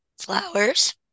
flowers